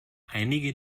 einige